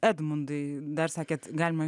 edmundui dar sakėte galima